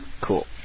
cool